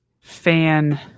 fan